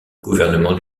gouvernement